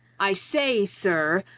i say, sir,